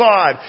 God